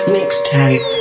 Mixtape